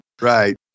Right